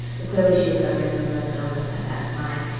but clearly she was suffering from a mental illness at that time.